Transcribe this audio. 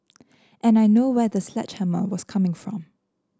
and I know where the sledgehammer was coming from